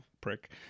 prick